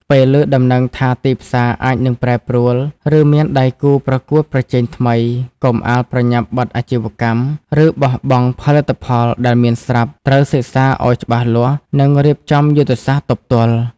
ពេលឮដំណឹងថាទីផ្សារអាចនឹងប្រែប្រួល ឬមានដៃគូប្រកួតប្រជែងថ្មី កុំអាលប្រញាប់បិទអាជីវកម្ម ឬបោះបង់ផលិតផលដែលមានស្រាប់។ ត្រូវសិក្សាឲ្យច្បាស់លាស់ និងរៀបចំយុទ្ធសាស្ត្រទប់ទល់។